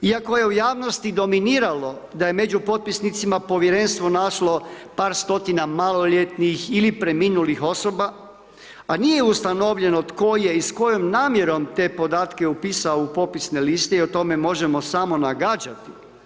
Iako je u javnosti dominiralo da je među potpisnicima povjerenstvo našlo par stotina maloljetnih ili preminulih osoba, a nije ustanovljeno tko je i s kojom namjerom te podatke upisao u popisne liste i o tome možemo samo nagađati.